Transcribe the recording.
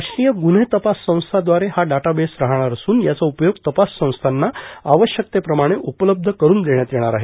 राष्ट्रीय गुव्हे तपास संस्थाद्वारे हा डाटाबेस राहणार असून याचा उपयोग तपास संस्थांना आवश्यक्तेप्रमाणे उपलब्ध करून देण्यात येणार आहे